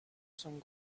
some